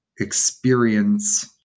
experience